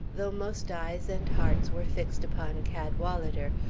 though most eyes and hearts were fixed upon cadwalader,